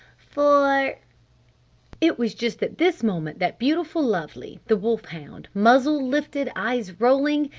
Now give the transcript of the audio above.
for it was just at this moment that beautiful-lovely, the wolf hound muzzled lifted, eyes rolling,